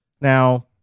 Now